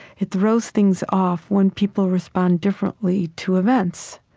it throws things off when people respond differently to events.